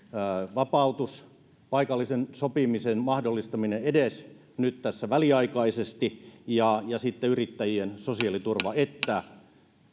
vapautus paikallisen sopimisen mahdollistaminen edes nyt tässä väliaikaisesti ja sitten yrittäjien sosiaaliturva että